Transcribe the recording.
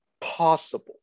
possible